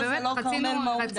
סיימת?